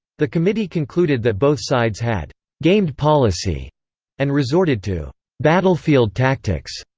the committee concluded that both sides had gamed policy and resorted to battlefield tactics,